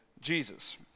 Jesus